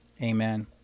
Amen